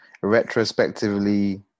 retrospectively